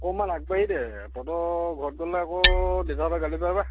অকণমান আগবাঢ়ি দে তহঁতৰ ঘৰত গ'লে আকৌ দেউতাহঁতে গালি পাৰে বা